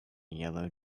yellow